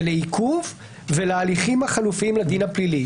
לעיכוב ולהליכים החלופיים לדין הפלילי.